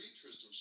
Tristram